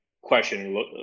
question